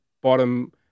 bottom